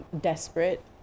desperate